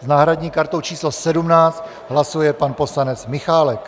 S náhradní kartou číslo 17 hlasuje pan poslanec Michálek.